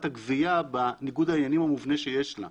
הגבייה בניגוד העניינים המובנה שיש לה.